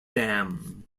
dam